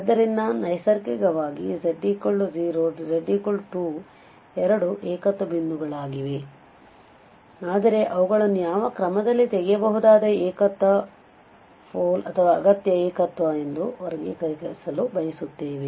ಆದ್ದರಿಂದ ನೈಸರ್ಗಿಕವಾಗಿ z0 z2 ಎರಡು ಏಕತ್ವ ಬಿಂದುಗಳಾಗಿವೆ ಆದರೆ ಅವುಗಳನ್ನು ಯಾವ ಕ್ರಮದಲ್ಲಿ ತೆಗೆಯಬಹುದಾದ ಏಕತ್ವ ಪೋಲ್ ಅಥವಾ ಅಗತ್ಯ ಏಕತ್ವ ಎಂದು ವರ್ಗೀಕರಿಸಲು ಬಯಸುತ್ತೇವೆ